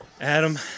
Adam